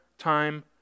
time